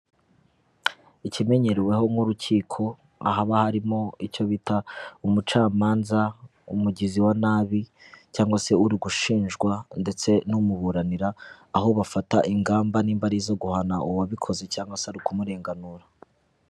Ikimenyeweho nk'urukiko, ahaba harimo icyo bita umucamanza, umugizi wa nabi cyangwa se uri gushinjwa ndetse n'umuburanira, aho bafata ingamba n'imba ari izo guhana uwabikoze cyangwa se ari ukumurenganura.